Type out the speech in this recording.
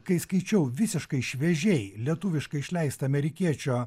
kai skaičiau visiškai šviežiai lietuviškai išleistą amerikiečio